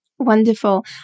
Wonderful